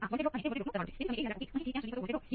આ કિસ્સામાં તે ખૂબ જ સ્પષ્ટ છે કે Vc0 નું મૂલ્ય શું છે